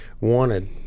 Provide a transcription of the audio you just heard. wanted